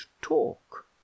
talk